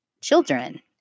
children